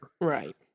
Right